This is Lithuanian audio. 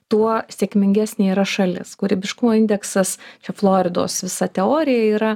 tuo sėkmingesnė yra šalis kūrybiškumo indeksas čia floridos visa teorija yra